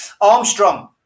Armstrong